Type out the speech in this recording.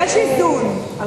יש איזון על